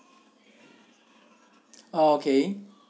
oh okay